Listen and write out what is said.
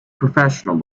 professional